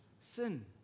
sin